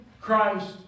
Christ